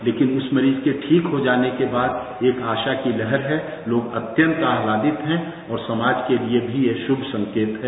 लेकिन उस मरीज के ठीक हो जाने के बाद एक आशा को तहर है तोग अत्यंत आनंदित्त है और समाज के लिए भी यह एक शम संकेत हैं